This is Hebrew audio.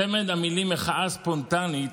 צמד המילים "מחאה ספונטנית"